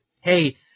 hey